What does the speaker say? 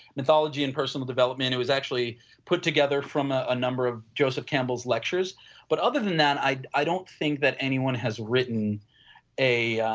mythology and personal development it was actually put together from ah a number of joseph campbell's lectures but other than that i i don't think that anyone has written a